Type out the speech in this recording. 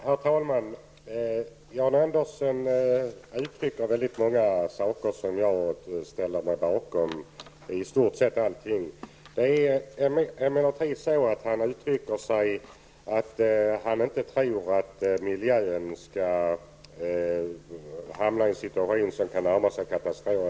Herr talman! Jan Andersson uttrycker mycket som jag ställer mig bakom. Det gäller i stort sett allt. Däremot säger han att han inte tror att miljön kommer att hamna i en situation som kan närma sig katastrof.